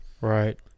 Right